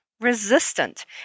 resistant